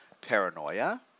paranoia